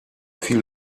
viel